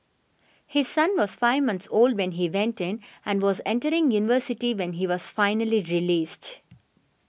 his son was five months old when he went in and was entering university when he was finally released